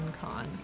Con